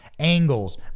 angles